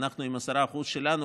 10% אצלנו,